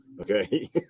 okay